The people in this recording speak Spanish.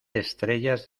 estrellas